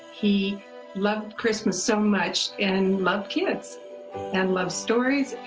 he loved christmas so much and loved kids and loved stories.